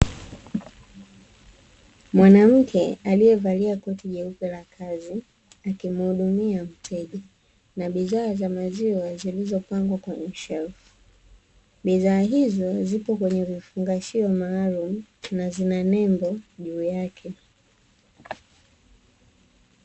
Mwanamke aliyevalia koti jeupe la kazi, akimhudumia mteja. Na bidhaa za maziwa zilizopangwa kwenye shelfu, bidhaa hizo zipo kwenye vifungashio maalumu na zina nembo juu yake.